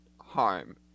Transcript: harm